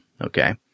Okay